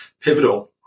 pivotal